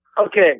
Okay